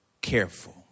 careful